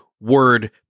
word